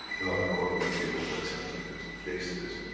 now the court of appeal has accepted there is a case, there is a,